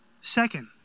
Second